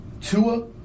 Tua